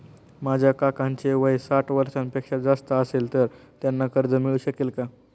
माझ्या काकांचे वय साठ वर्षांपेक्षा जास्त असेल तर त्यांना कर्ज मिळू शकेल का?